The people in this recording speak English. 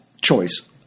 choice